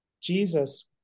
Jesus